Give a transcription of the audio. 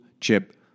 chip